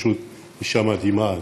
פשוט אישה מדהימה.